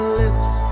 lips